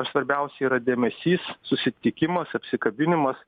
svarbiausia yra dėmesys susitikimas apsikabinimas